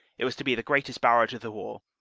it was to be the greatest barrage of the war,